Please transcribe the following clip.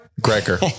Gregor